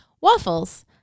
waffles